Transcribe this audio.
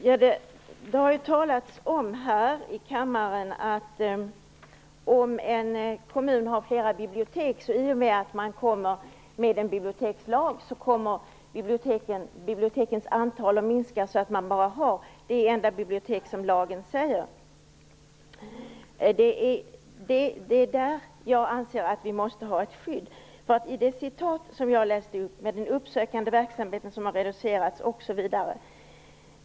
Herr talman! Det har ju sagts här i kammaren att i en kommun som har flera bibliotek kommer antalet bibliotek, enligt bibliotekslagen, att minska så att det bara kommer att finnas ett enda bibliotek. Det är därför jag anser att det måste finnas ett skydd. Jag läste ju upp ett citat om den uppsökande verksamheten som har reducerats osv.